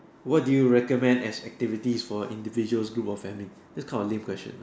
what do you recommend as activity for individuals groups or family they call it a lame question right